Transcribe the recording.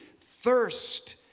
Thirst